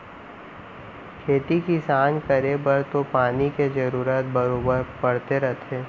खेती किसान करे बर तो पानी के जरूरत बरोबर परते रथे